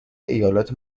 ایالات